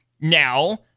now